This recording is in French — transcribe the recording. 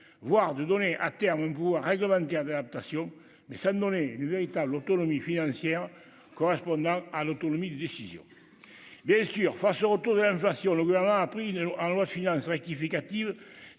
voire de donner à terme vous réglementer adaptation mais ça ne donnait une véritable autonomie financière correspondant à l'autonomie de décision bien sûr face retour un sur le gouvernement a pris en loi de finances rectificative